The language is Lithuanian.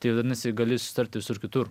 tai vadinasi gali susitart ir visur kitur